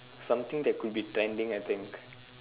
something that could be trending I think